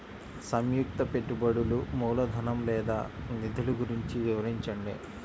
సంయుక్త పెట్టుబడులు మూలధనం లేదా నిధులు గురించి వివరించండి?